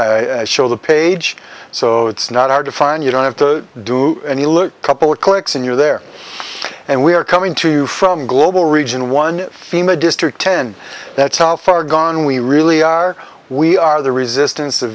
show the page so it's not hard to find you don't have to do and you look couple of clicks and you're there and we are coming to you from global region one fema district ten that's how far gone we really are we are the resistance